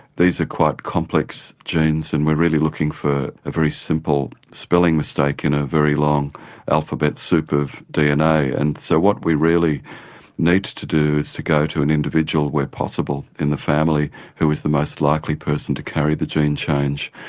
these are quite complex genes and we're really looking for a very simple spelling mistake in a very long alphabet soup of dna, and so what we really need to do is to go to an individual where possible in the family who is the most likely person to carry the gene change.